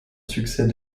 succès